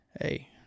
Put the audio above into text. Hey